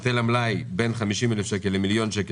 היטל המלאי בין 50,000 שקל למיליון שקל